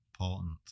important